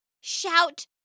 Shout